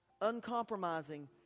uncompromising